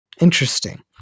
Interesting